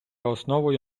основою